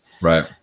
right